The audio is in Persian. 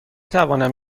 توانم